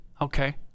okay